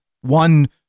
one